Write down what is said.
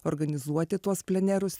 organizuoti tuos plenerus